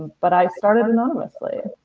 but i started anonymously,